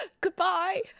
goodbye